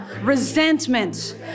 resentment